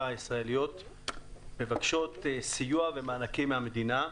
הישראליות מבקשות סיוע במענקים מהמדינה,